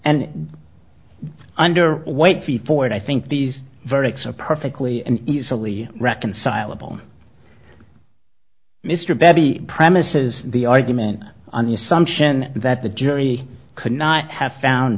and under white feedforward i think these verdicts are perfectly and easily reconcilable mr bebee premises the argument on the assumption that the jury could not have found